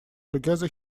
together